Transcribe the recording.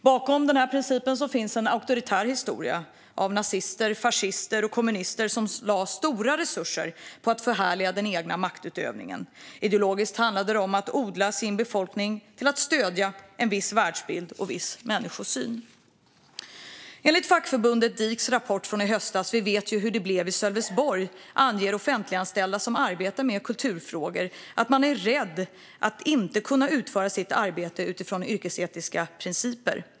Bakom principen finns en auktoritär historia av nazister, fascister och kommunister som lade stora resurser på att förhärliga den egna maktutövningen. Ideologiskt handlade det om att odla befolkningen till att stödja en viss världsbild och människosyn. Enligt fackförbundet Diks rapport Vi vet ju hur det blev i Sölvesborg från i höstas anger offentliganställda som arbetar med kulturfrågor att man är rädd att inte kunna utföra sitt arbete utifrån yrkesetiska principer.